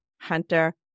Hunter